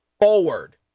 forward